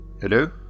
hello